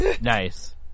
Nice